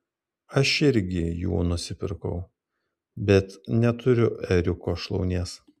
aš irgi jų nusipirkau bet neturiu ėriuko šlaunies